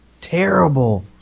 terrible